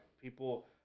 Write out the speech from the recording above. people